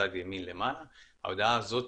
ההודעה הזאת